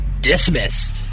dismissed